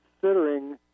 considering